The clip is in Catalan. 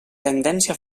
tendència